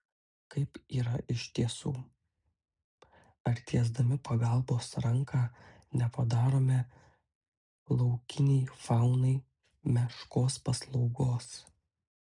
kaip yra iš tiesų ar tiesdami pagalbos ranką nepadarome laukiniai faunai meškos paslaugos